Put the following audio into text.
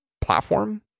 platform